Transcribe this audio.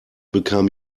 bekam